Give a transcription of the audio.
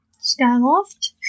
Skyloft